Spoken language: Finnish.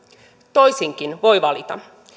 toisinkin voi valita